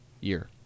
year